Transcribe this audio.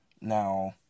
Now